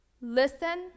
Listen